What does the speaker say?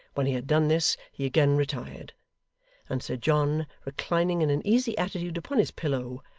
when he had done this, he again retired and sir john, reclining in an easy attitude upon his pillow,